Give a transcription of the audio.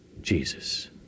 Jesus